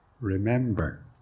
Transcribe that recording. remember